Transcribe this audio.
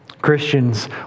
Christians